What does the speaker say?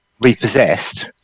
repossessed